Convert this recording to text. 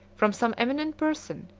from some eminent person,